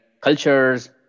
cultures